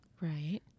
Right